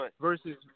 versus